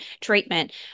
treatment